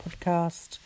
podcast